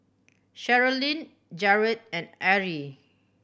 Sherilyn Jarett and Arrie